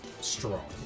strong